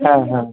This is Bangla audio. হ্যাঁ হ্যাঁ